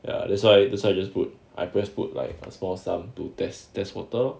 ya that's why that's why I just put I press put like a small sum to test test water lor